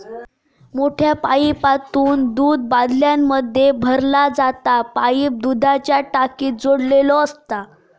मोठ्या पाईपासून दूध बाटल्यांमध्ये भरला जाता पाईप दुधाच्या टाकीक जोडलेलो असता